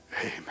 Amen